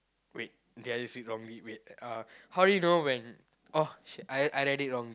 wait did I see wrongly wait uh how do you know when oh shit I I read it wrong